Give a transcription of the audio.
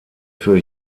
für